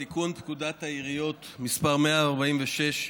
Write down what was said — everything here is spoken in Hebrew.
לתיקון פקודת העיריות (תיקון מס' 146,